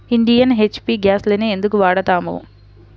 Indian, HP గ్యాస్లనే ఎందుకు వాడతాము?